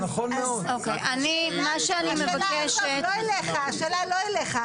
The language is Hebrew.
השאלה לא אליך,